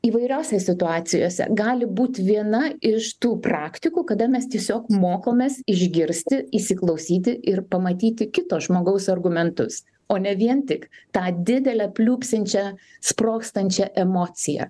įvairiose situacijose gali būt viena iš tų praktikų kada mes tiesiog mokomės išgirsti įsiklausyti ir pamatyti kito žmogaus argumentus o ne vien tik tą didelę pliūpsinčią sprogstančią emociją